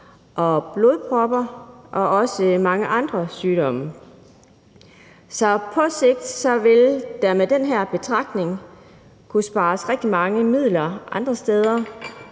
og blodpropper og også mange andre sygdomme. På sigt vil der ud fra denne betragtning kunne spares rigtig mange midler andre steder